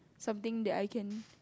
something that I can